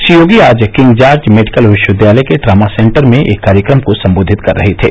श्री योगी आज King George medical विश्वविद्यालय के ट्रामा सेन्टर में एक कार्यक्रम को सम्बोधित कर रहे थे